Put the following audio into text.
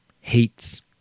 hates